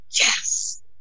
yes